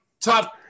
top